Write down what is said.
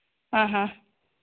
ആ ഹാ